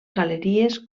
galeries